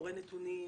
קורא נתונים,